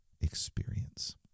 experience